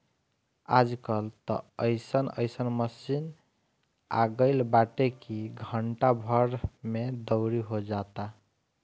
आज कल त अइसन अइसन मशीन आगईल बाटे की घंटा भर में दवरी हो जाता